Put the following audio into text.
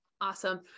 Awesome